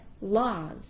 laws